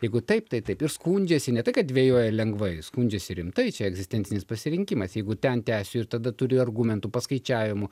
jeigu taip tai taip ir skundžiasi ne tik kad dvejoja lengvai skundžiasi rimtai čia egzistencinis pasirinkimas jeigu ten tęsiu ir tada turi argumentų paskaičiavimų